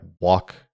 walk